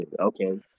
Okay